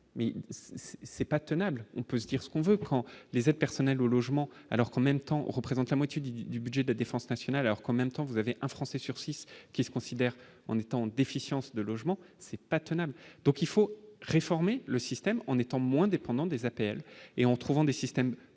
mais c'est pas tenable, on peut dire ce qu'on veut quand les aides personnelles au logement alors qu'en même temps, représente la moitié du du budget de la défense nationale, alors qu'en même temps vous avez un Français sur 6 qui se considèrent en étant déficience de logement c'est pas tenable, donc il faut réformer le système en étant moins dépendant des APL et en trouvant des systèmes